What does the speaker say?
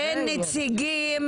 אין נציגים,